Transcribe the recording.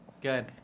Good